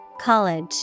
College